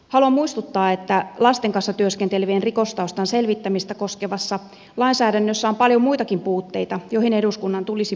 haluan muistuttaa että lasten kanssa työskentelevien rikostaustan selvittämistä koskevassa lainsäädännössä on paljon muitakin puutteita joihin eduskunnan tulisi puuttua